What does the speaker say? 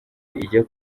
ijya